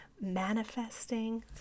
manifesting